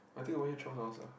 I think over here twelve dollars ah